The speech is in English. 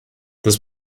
this